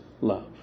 love